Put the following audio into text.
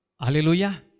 Hallelujah